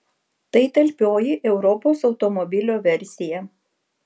tai talpioji europos automobilio versija